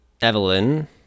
Evelyn